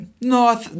no